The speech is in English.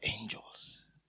angels